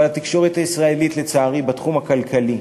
אבל התקשורת הישראלית, לצערי, בתחום הכלכלי,